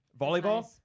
Volleyball